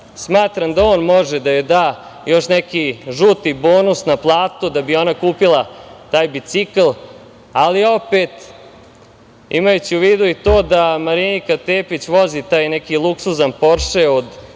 smatram da on može da joj da još neki žuti bonus na platu da bi ona kupila taj bicikl, ali opet imajući u vidu i to da Marinika Tepić vozi taj neki luksuzni Porše od 155